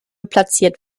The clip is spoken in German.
platziert